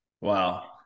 Wow